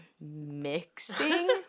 mixing